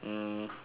um